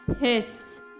piss